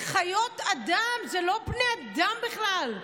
אלה חיות אדם, אלה לא בני אדם בכלל.